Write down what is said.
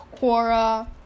Quora